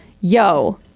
yo